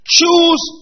Choose